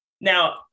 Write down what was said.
Now